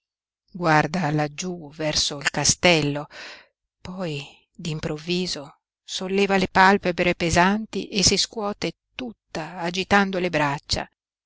guarda laggiú verso il castello poi d'improvviso solleva le palpebre pesanti e si scuote tutta agitando le braccia